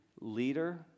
leader